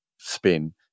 Spin